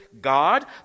God